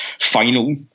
final